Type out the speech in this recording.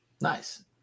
Nice